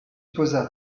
posa